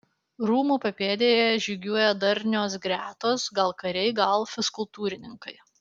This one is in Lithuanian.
rūmų papėdėje žygiuoja darnios gretos gal kariai gal fizkultūrininkai